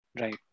Right